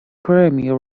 premiere